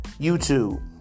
YouTube